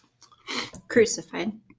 Crucified